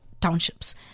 townships